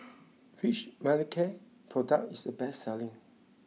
which Manicare product is the best selling